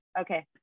Okay